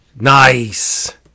Nice